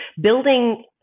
building